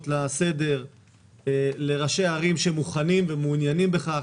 לסדר לראשי ערים שמוכנים ומעוניינים בכך?